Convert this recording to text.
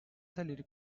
salir